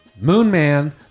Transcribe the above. Moonman